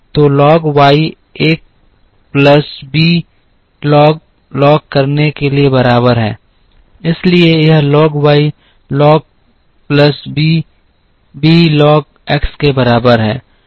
तो log y एक plus b log log करने के लिए बराबर है इसलिए यह log y log plus b b log x के बराबर है